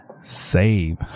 save